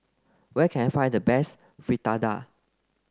where can I find the best Fritada